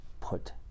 put